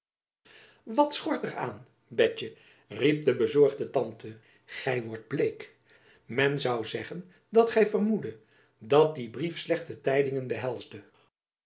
wat schort er aan betjen riep de bezorgde tante gy wordt bleek men zoû zeggen dat gy vermoeddet dat die brief slechte tijdingen behelsde